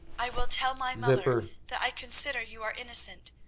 i will tell my mother that i consider you are innocent,